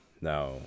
Now